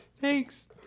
thanks